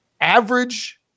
average